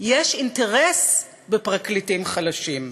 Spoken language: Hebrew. יש אינטרס בפרקליטים חלשים,